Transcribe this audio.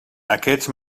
aquests